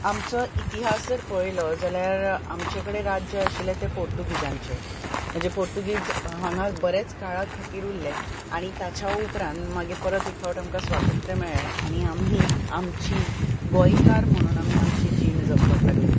आमचो इतिहास जर पळयलो जाल्यार आमचे कडेन राज्य आशिल्लें तें पोर्तुगीजांचें म्हणजे पोर्तुगीज हांगां बरेच काळ उरले आनी ताच्या उपरांत मागीर परत एक फावट आमकां स्वातंत्र्य मेळ्ळें आनी आमी आमची गोंयकार म्हुणून आमी आमची जीण जगपाक लागले